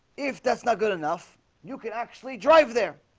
if that's not good enough you can actually drive there.